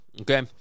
okay